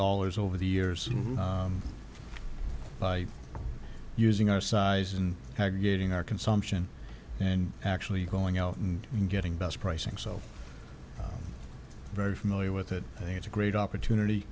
dollars over the years by using our size and aggregating our consumption and actually going out and getting better pricing so very familiar with it i think it's a great opportunity